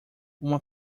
uma